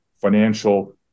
financial